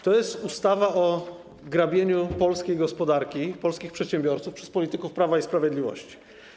To jest ustawa o grabieniu polskiej gospodarki, polskich przedsiębiorców przez polityków Prawa i Sprawiedliwości.